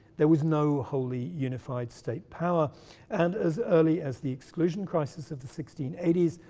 there was no wholly unified state power and as early as the exclusion crisis of the sixteen eighty s,